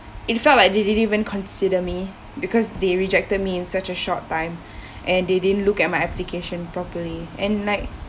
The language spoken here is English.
it felt like they didn't even consider me because they rejected me in such a short time and they didn't look at my application properly and like